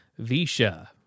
Visha